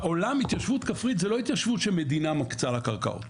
בעולם התיישבות כפרית זה לא התיישבות שמדינה מקצה לקרקעות.